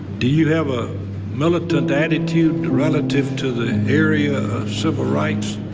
do you have a militant attitude relative to the area of civil rights?